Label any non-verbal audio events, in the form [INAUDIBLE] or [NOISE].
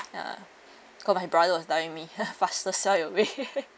ya because my brother was telling me [NOISE] faster sell it away